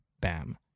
Bam